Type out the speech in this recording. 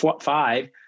five